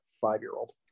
five-year-old